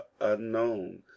Unknown